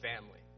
family